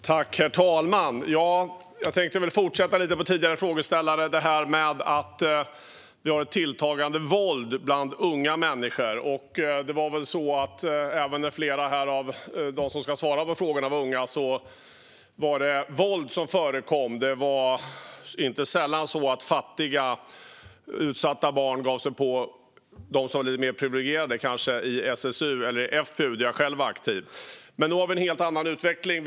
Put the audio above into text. Herr talman! Jag tänkte fortsätta lite på samma ämne som tidigare frågeställare hade, alltså att vi har ett tilltagande våld bland unga människor. Även när flera av dem som ska svara på frågorna här i dag var unga förekom våld. Det var inte sällan så att fattiga och utsatta barn gav sig på dem som var mer privilegierade, kanske i SSU eller FPU, där jag själv var aktiv. Men nu har vi en helt annan utveckling.